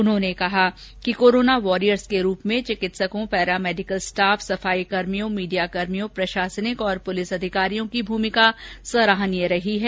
उन्होंने कहा कि कोरोना वॉरियर्स के रूप में चिकित्सकों पैरामैडिकल ॅस्टाफ सफाईकर्मी मीडियाकर्मी प्रशासनिक और प्रलिस अधिकारियों की भूमिका सराहनीय रही है